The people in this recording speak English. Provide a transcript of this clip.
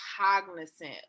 cognizant